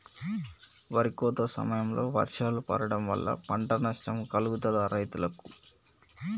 వరి కోత సమయంలో వర్షాలు పడటం వల్ల పంట నష్టం కలుగుతదా రైతులకు?